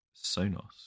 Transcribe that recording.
sonos